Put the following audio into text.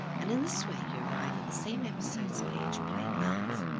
and in this way you arrive at the same episode's page playing live.